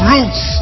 Roots